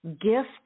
gift